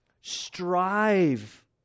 Strive